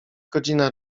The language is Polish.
godzina